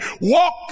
walk